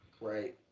Right